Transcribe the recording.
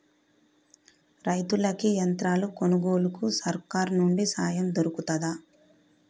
రైతులకి యంత్రాలు కొనుగోలుకు సర్కారు నుండి సాయం దొరుకుతదా?